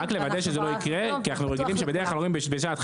כי אנחנו רגילים שבדרך כלל אומרים בשעת חירום.